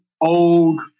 old